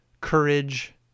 courage